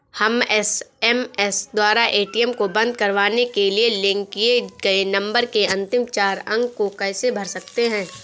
हम एस.एम.एस द्वारा ए.टी.एम को बंद करवाने के लिए लिंक किए गए नंबर के अंतिम चार अंक को कैसे भर सकते हैं?